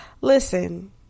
Listen